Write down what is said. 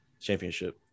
championship